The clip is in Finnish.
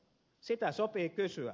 sitä sopii kysyä